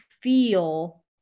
feel